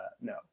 no